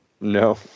No